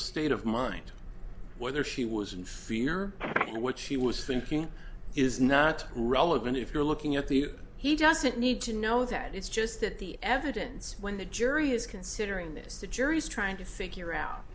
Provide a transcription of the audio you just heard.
state of mind whether she was in fear and what she was thinking is not relevant if you're looking at the he doesn't need to know that it's just that the evidence when the jury is considering this the jury's trying to figure out